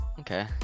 Okay